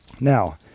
Now